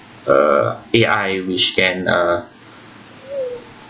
uh A_I which can uh